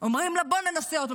אומרים לה, בואי ננסה שוב.